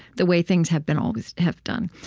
the way things have been always have done.